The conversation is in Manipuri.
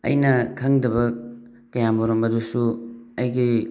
ꯑꯩꯅ ꯈꯪꯗꯕ ꯀꯌꯥ ꯃꯔꯨꯝ ꯑꯗꯨꯁꯨ ꯑꯩꯒꯤ